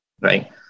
right